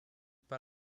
pas